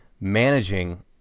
managing